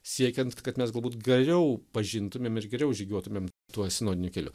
siekiant kad mes galbūt geriau pažintumėm ir geriau žygiuotumėm tuo sinodiniu keliu